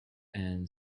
and